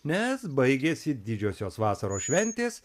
nes baigėsi didžiosios vasaros šventės